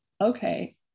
okay